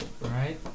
right